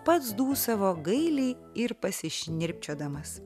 pats dūsavo gailiai ir pasišnirpščiodamas